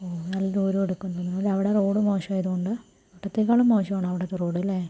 ഓ നല്ല ദൂരം എടുക്കുന്നോണ്ടാ അവടെ റോഡ് മോശമായത് കൊണ്ടാണ് ഇവടെത്തേക്കാളും മോശമാണോ അവിടത്തെ റോഡ് അല്ലേ